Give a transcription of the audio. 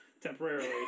temporarily